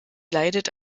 leidet